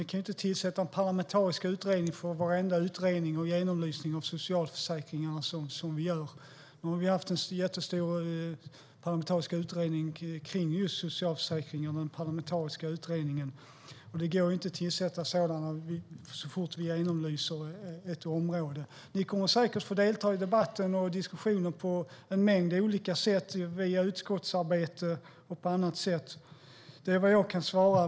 Men vi kan inte tillsätta en parlamentarisk utredning för varenda genomlysning av socialförsäkringar som vi gör. Vi har haft en jättestor parlamentarisk utredning om just socialförsäkringen, men det går inte att tillsätta sådana så fort vi genomlyser ett område. Ni kommer säkert att få delta i debatten och diskussionen på en mängd olika sätt, via utskottsarbete och på annat sätt. Det är vad jag kan svara.